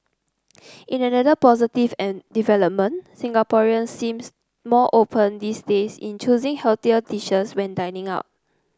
in another positive development Singaporeans seems more open these days in choosing healthier dishes when dining out